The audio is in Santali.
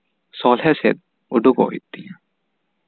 ᱥᱚᱦᱞᱮ ᱥᱮᱫ ᱩᱰᱩᱠᱚᱜ ᱦᱩᱭᱩᱜ ᱛᱤᱧᱟ